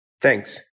Thanks